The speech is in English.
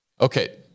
Okay